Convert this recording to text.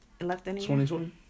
2020